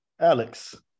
Alex